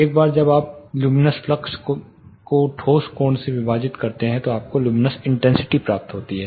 एक बार जब आप चलुमिनस फ्लक्स को ठोस कोण से विभाजित करते हैं तो आपको लुमिनस इंटेंसिटी प्राप्त होती है